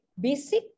basic